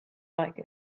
like